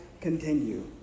continue